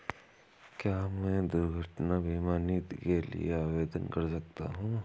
क्या मैं दुर्घटना बीमा नीति के लिए आवेदन कर सकता हूँ?